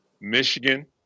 michigan